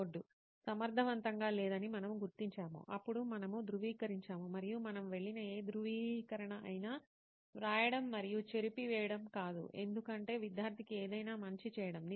board సమర్ధవంతంగా లేదని మనము గుర్తించాము అప్పుడు మనము ధృవీకరించాము మరియు మనం వెళ్ళిన ఏ ధ్రువీకరణ అయినా వ్రాయడం మరియు చెరిపి వేయడం కాదు ఎందుకంటే విద్యార్థికి ఏదైనా మంచి చేయడం